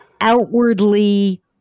outwardly